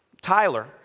Tyler